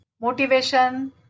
motivation